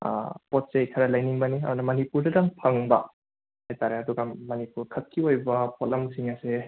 ꯄꯣꯠꯆꯩ ꯈꯔ ꯂꯩꯅꯤꯡꯕꯅꯤ ꯑꯗꯨꯅ ꯃꯅꯤꯄꯨꯔꯗꯇꯪ ꯐꯪꯕ ꯍꯥꯏꯇꯥꯔꯦ ꯑꯗꯨꯒ ꯃꯅꯤꯄꯨꯔ ꯈꯛꯀꯤ ꯑꯣꯏꯕ ꯄꯣꯠꯂꯝꯁꯤꯡ ꯑꯁꯦ